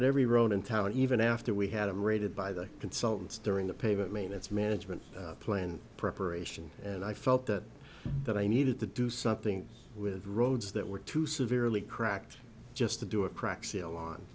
at every road in town even after we had them rated by the consultants during the payment maintenance management plan preparation and i felt that that i needed to do something with roads that were too severely cracked just to do a crack sale on